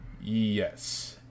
Yes